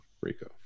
Rico